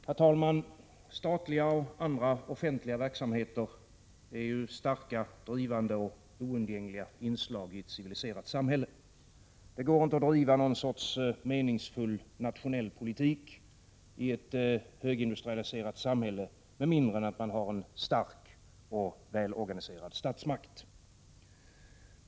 Herr talman! Statliga och andra offentliga verksamheter är ju starka, drivande och oundgängliga inslag i ett civiliserat samhälle. Det går inte att driva någon sorts meningsfull nationell politik i ett högindustrialiserat samhälle med mindre än att man har en stark och välorganiserad statsmakt.